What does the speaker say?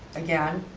again,